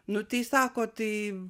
nu tai sako tai